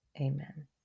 Amen